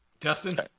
dustin